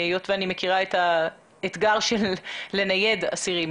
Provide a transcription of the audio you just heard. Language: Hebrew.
אני מכירה את האתגר לנייד אסירים.